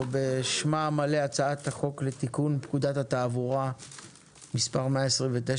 או בשמה המלא: הצעת חוק לתיקון פקודת התעבורה (מס' 129)